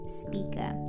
speaker